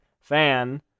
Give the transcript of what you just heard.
fan